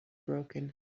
broken